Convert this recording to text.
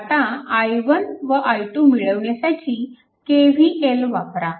आता i1 व i2 मिळविण्यासाठी KVL वापरा